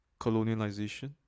colonialization